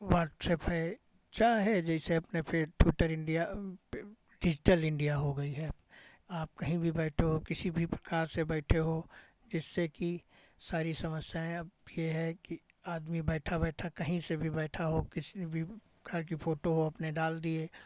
WhatsApp है चाहे जैसे अपने ट्विटर इंडिया पे डिज़िटल इंडिया हो गई है अब आप कहीं भी बैठे हो किसी भी प्रकार से बैठे हो जिससे कि सारी समस्याएँ अब ये है कि आदमी बैठा बैठा कहीं से भी बैठा हो किसी भी घर की फ़ोटो हो अपने डाल दिए